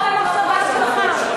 אוי למחשבה שלך.